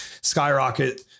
skyrocket